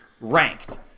ranked